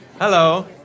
Hello